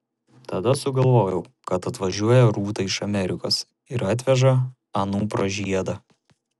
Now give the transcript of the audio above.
tada sugalvojau kad atvažiuoja rūta iš amerikos ir atveža anupro žiedą